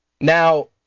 Now